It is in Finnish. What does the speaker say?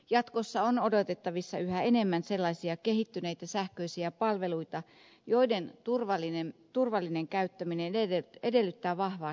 jatkossa on odotettavissa yhä enemmän sellaisia kehittyneitä sähköisiä palveluita joiden turvallinen käyttäminen edellyttää vahvaa sähköistä tunnistamista